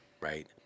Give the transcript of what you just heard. right